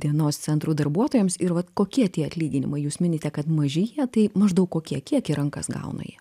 dienos centrų darbuotojams ir vat kokie tie atlyginimai jūs minite kad maži jie tai maždaug kokie kiek į rankas gauna jie